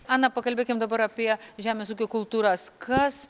ana pakalbėkim dabar apie žemės ūkio kultūras kas